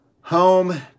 home